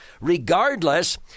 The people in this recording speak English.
Regardless